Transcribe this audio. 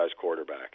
quarterback